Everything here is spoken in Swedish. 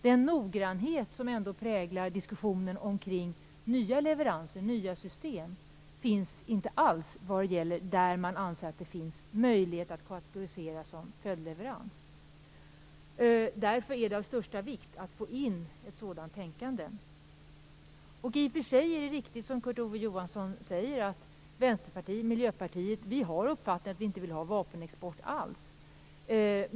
Den noggrannhet som ändå präglar diskussionen kring nya leveranser och nya system finns inte alls när det gäller fall som man anser att det finns en möjlighet att kategorisera som följdleverans. Därför är det av största vikt att få in ett sådant tänkande. I och för sig är det riktigt som Kurt Ove Johansson säger: Vänsterpartiet och Miljöpartiet har den uppfattningen att vi inte vill ha vapenexport alls.